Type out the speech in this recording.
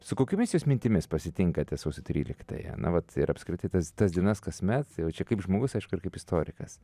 su kokiomis jūs mintimis pasitinkate sausio tryliktąją na vat ir apskritai tas tas dienas kasmet jau čia kaip žmogus aišku ir kaip istorikas